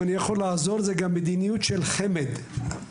אם אני יכול לעזור: זו גם מדיניות של חמ"ד בעצמם.